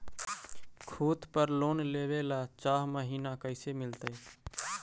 खूत पर लोन लेबे ल चाह महिना कैसे मिलतै?